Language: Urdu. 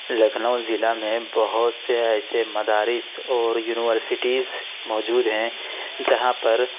لکھنؤ ضلع میں بہت سے ایسے مدارس اور یونیورسٹیز موجود ہیں جہاں پر